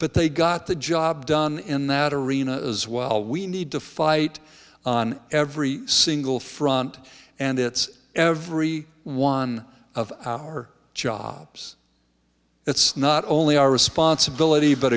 but they got the job done in that arena as well we need to fight on every single front and it's every one of our jobs it's not only our responsibility but